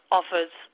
offers